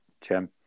Jim